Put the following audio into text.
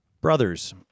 Brothers